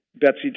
Betsy